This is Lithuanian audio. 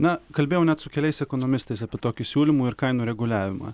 na kalbėjau net su keliais ekonomistais apie tokį siūlymų ir kainų reguliavimą